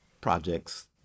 projects